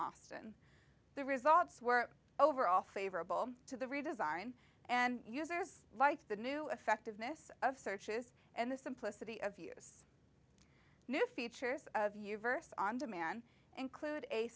austin the results were overall favorable to the redesign and users like the new effectiveness of searches and the simplicity of use new features of your verse on demand include a